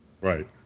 right